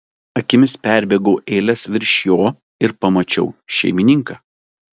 akimis perbėgau eiles virš jo ir pamačiau šeimininką